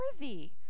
worthy